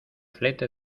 flete